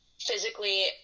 physically